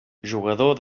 jugador